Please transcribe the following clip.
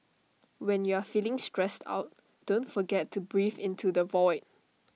when you are feeling stressed out don't forget to breathe into the void